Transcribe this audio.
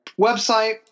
Website